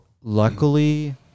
luckily